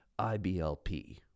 IBLP